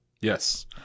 yes